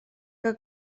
que